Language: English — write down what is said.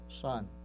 son